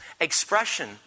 expression